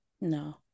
No